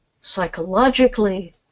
psychologically